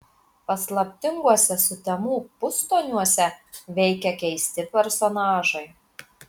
paslaptinguose sutemų pustoniuose veikia keisti personažai